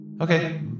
Okay